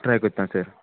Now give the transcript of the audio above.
try कोत्ता sir